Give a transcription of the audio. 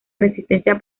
resistencia